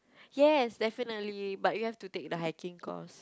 yes definitely but you have to take the hiking course